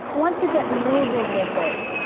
once you get moving with it,